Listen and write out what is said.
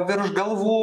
virš galvų